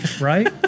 right